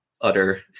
utter